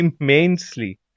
immensely